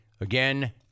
Again